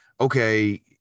okay